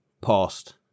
past